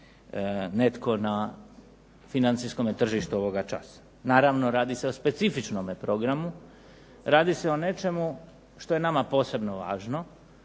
netko na financijskom tržištu ovoga časa. Naravno radi se o specifičnom programu, radi se o nečemu što je nama posebno važno,